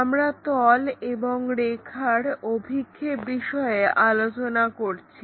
আমরা তল এবং রেখার অভিক্ষেপ বিষয়ে আলোচনা করছি